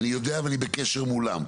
אני יודע ואני בקשר מולם,